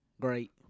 Great